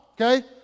okay